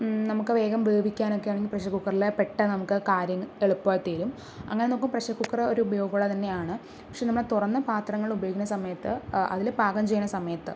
നമുക്ക് വേഗം വേവിക്കാനൊക്കെ ആണെങ്കിൽ പ്രഷർ കുക്കറിൽ പെട്ടെന്ന് നമുക്ക് കാര്യങ്ങൾ എളുപ്പമായി തീരും അങ്ങനെ നോക്കുമ്പോൾ പ്രഷർ കുക്കറ് ഒരു ഉപയോഗമുള്ളത് തന്നെയാണ് പക്ഷേ നമ്മൾ തുറന്ന പാത്രങ്ങൾ ഉപയോഗിക്കുന്ന സമയത്ത് അതിൽ പാകം ചെയ്യണ സമയത്ത്